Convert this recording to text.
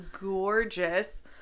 gorgeous